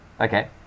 okay